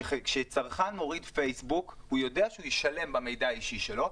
כשצרכן מוריד פייסבוק הוא יודע שהוא ישלם במידע האישי שלו,